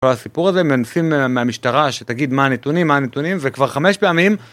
כל הסיפור הזה מנסים מהמשטרה שתגיד מה הנתונים, מה הנתונים, זה כבר חמש פעמים